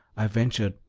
i ventured,